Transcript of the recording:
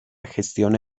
gestiona